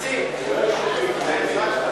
התוצאה היא: בעד,